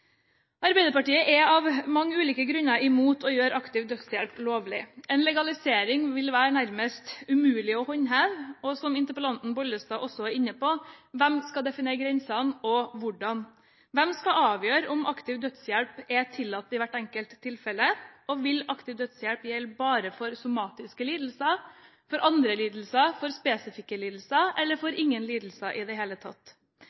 Arbeiderpartiet er av mange ulike grunner imot å gjøre aktiv dødshjelp lovlig. En legalisering vil være nærmest umulig å håndheve, og som interpellanten Bollestad også er inne på: Hvem skal definere grensene og hvordan? Hvem skal avgjøre om aktiv dødshjelp er tillatt i hvert enkelt tilfelle, og vil aktiv dødshjelp gjelde bare for somatiske lidelser, for andre lidelser, for spesifikke lidelser eller for ingen lidelser i det hele tatt?